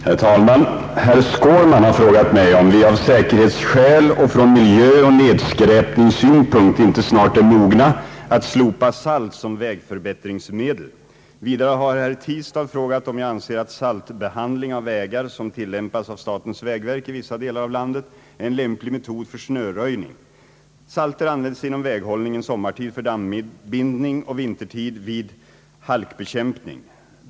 Herr talman! Herr Skårman har frågat mig om vi av säkerhetsskäl och från miljöoch nedskräpningssynpunkt inte snart är mogna att slopa salt som vägförbättringsmedel. Vidare har herr Tistad frågat om jag anser att saltbehandling av vägar, som tillämpas av statens vägverk i vissa delar av landet, är en lämplig metod för snöröjning. Salter används inom väghållningen sommartid för dammbindning och vintertid vid halkbekämpning.